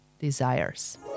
desires